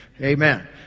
Amen